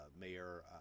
Mayor